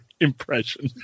impression